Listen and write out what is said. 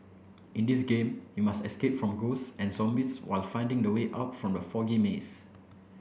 in this game you must escape from ghosts and zombies while finding the way out from the foggy maze